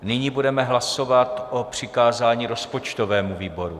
Nyní budeme hlasovat o přikázání rozpočtovému výboru.